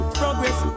progress